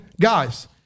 Guys